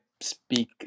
speak